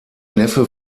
neffe